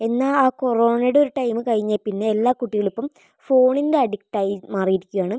എന്നാൽ ആ കോറോണയുടെ ഒരു ടൈ കഴിഞ്ഞതിൽ പിന്നെ എല്ലാ കുട്ടികൾക്കും ഫോണിൻ്റെ അഡിക്റ്റായി മാറിയിരിക്കയാണ്